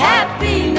Happy